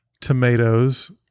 tomatoes